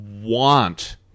want